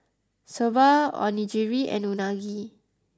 Soba Onigiri and Unagi